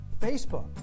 Facebook